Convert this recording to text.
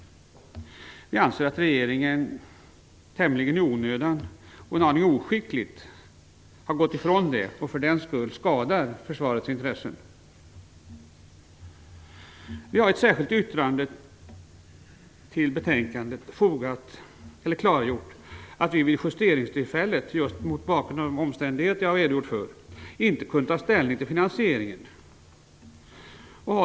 Vi anser att regeringen tämligen i onödan och en aning oskickligt har gått ifrån det och därigenom skadat försvarets intressen. Vi har i ett särskilt yttrande fogat till betänkandet klargjort att vi vid justeringstillfället - mot bakgrund av de omständigheter jag har redogjort för - inte kunde ta ställning till finansieringen.